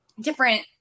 different